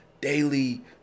daily